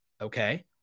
Okay